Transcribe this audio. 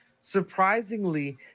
Surprisingly